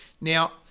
Now